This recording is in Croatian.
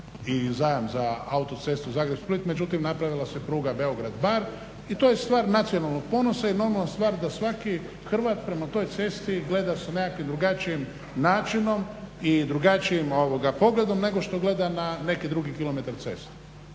i zajam za autocestu Zagreb-Split međutim napravila se pruga Beograd-Bar. I to je stvar nacionalnog ponosa i normalna stvar da svaki Hrvat prema toj cesti gleda sa nekakvim drugačijim načinom i drugačijom pogledom nego što gleda na neki drugi kilometar ceste.